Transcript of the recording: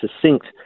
succinct